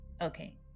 Okay